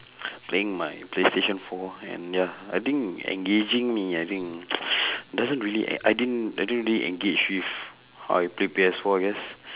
playing my playstation four and ya I think engaging me ah I think doesn't really I think I don't really engage with how I play P_Sfour I guess